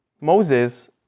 Moses